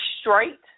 straight